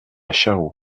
charroux